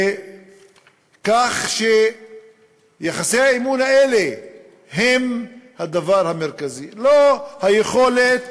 כך שיחסי האמון האלה הם הדבר המרכזי, לא היכולת